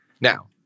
Now